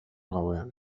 gauean